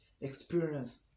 experience